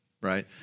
right